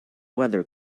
weather